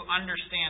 understand